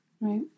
right